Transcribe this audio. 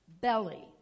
belly